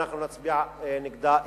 אנחנו נצביע נגדה,